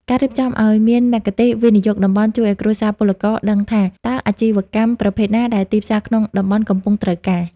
ការរៀបចំឱ្យមាន "មគ្គុទ្ទេសក៍វិនិយោគតំបន់" ជួយឱ្យគ្រួសារពលករដឹងថា តើអាជីវកម្មប្រភេទណាដែលទីផ្សារក្នុងតំបន់កំពុងត្រូវការ។